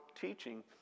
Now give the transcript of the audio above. teaching